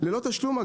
ללא תשלום,